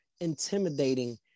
intimidating